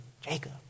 Jacob